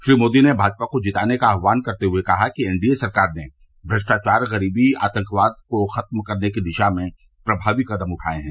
श्री मोदी ने भाजपा को जिताने का आहवान करते हुए कहा कि एनडीए सरकार ने भ्रष्टाचार गरीबी और आतंकवाद को खत्म करने की दिशा में प्रभावी कदम उठाये हैं